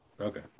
Okay